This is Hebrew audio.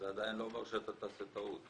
זה עדיין לא אומר שאתה עושה טעות.